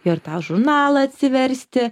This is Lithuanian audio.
ir tą žurnalą atsiversti